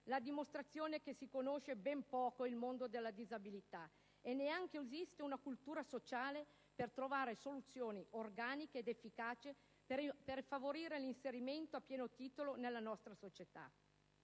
la dimostrazione che si conosce ben poco il mondo della disabilità e che neanche esiste una cultura sociale per trovare soluzioni organiche ed efficaci per favorire l'inserimento a pieno titolo nella nostra società.